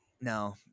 No